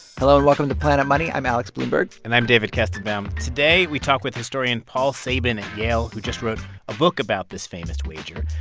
hello, and welcome to planet money. i'm alex blumberg and i'm david kestenbaum. today, we talk with historian paul sabin at yale, who just wrote a book about this famous wager.